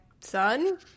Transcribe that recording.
son